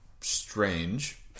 strange